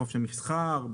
בחופש המסחר,